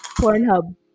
Pornhub